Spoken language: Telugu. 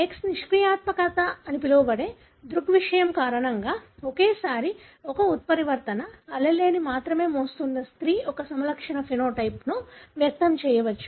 X నిష్క్రియాత్మకత అని పిలువబడే దృగ్విషయం కారణంగా ఒకేసారి ఒక ఉత్పరివర్తన allele మాత్రమే మోస్తున్న స్త్రీ ఒక సమలక్షణాన్నిఫెనోటైప్ను వ్యక్తం చేయవచ్చు